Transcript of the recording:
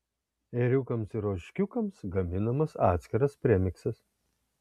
ėriukams ir ožkiukams gaminamas atskiras premiksas